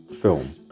film